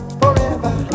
forever